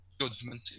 judgment